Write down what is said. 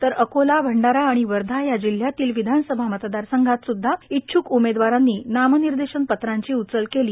तर अकोला भंडारा आणि वर्धा या जिल्ह्यातील विधानसभा मतदारसंघात सुद्धा इच्छ्क उमेदवारांनी नामनिर्देशन पत्रांची उचल केली